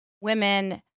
women